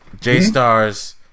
J-Stars